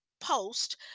post